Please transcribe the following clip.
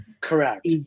Correct